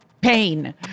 pain